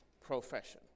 profession